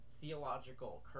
theological